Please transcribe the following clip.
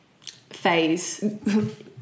phase